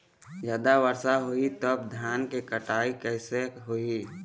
जादा वर्षा होही तब धान के कटाई कैसे होही?